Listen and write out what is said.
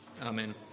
Amen